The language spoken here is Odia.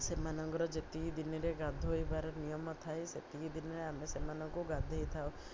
ସେମାନଙ୍କର ଯେତିକି ଦିନରେ ଗାଧୋଇବାର ନିୟମ ଥାଏ ସେତିକି ଦିନରେ ଆମେ ସେମାନଙ୍କୁ ଗାଧୋଇଥାଉ